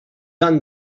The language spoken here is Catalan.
han